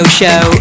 show